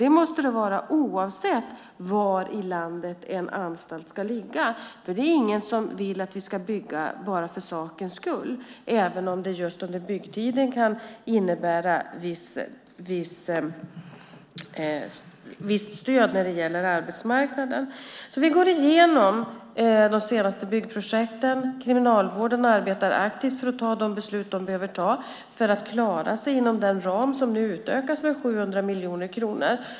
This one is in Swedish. Det måste det vara oavsett var i landet en anstalt ska ligga. Det är ingen som vill att vi ska bygga bara för sakens skull, även om det just under byggtiden kan innebära visst stöd när det gäller arbetsmarknaden. Vi går igenom de senaste byggprojekten. Kriminalvården arbetar aktivt för att fatta de beslut de behöver fatta för att klara sig inom den ram som nu utökas med 700 miljoner kronor.